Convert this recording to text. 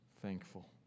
thankful